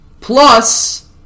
Plus